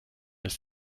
ist